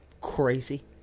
Crazy